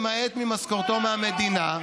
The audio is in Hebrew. למעט ממשכורתו מהמדינה,